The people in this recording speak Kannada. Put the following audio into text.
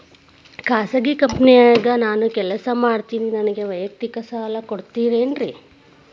ಖಾಸಗಿ ಕಂಪನ್ಯಾಗ ನಾನು ಕೆಲಸ ಮಾಡ್ತೇನ್ರಿ, ನನಗ ವೈಯಕ್ತಿಕ ಸಾಲ ಕೊಡ್ತೇರೇನ್ರಿ?